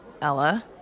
Ella